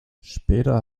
später